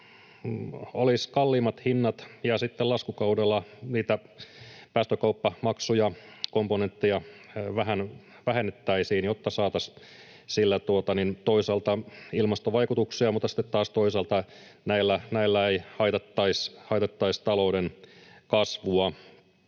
olisi kalliimmat hinnat, ja sitten laskukaudella niitä päästökauppamaksuja, -komponentteja, vähän vähennettäisiin, jotta toisaalta saataisiin sillä ilmastovaikutuksia, mutta sitten taas toisaalta näillä ei haitattaisi talouden kasvua.